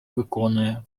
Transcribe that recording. виконує